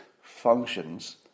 functions